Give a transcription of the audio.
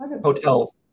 hotel